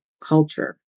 culture